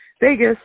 Vegas